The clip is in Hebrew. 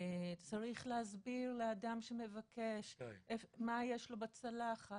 צריך להסביר לאדם שמבקש מה יש לו בצלחת,